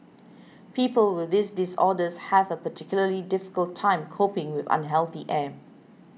people with these disorders have a particularly difficult time coping with unhealthy air